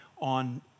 on